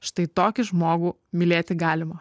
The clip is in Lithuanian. štai tokį žmogų mylėti galima